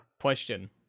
question